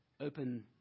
Open